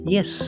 Yes